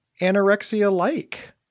anorexia-like